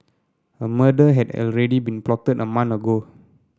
a murder had already been plotted a month ago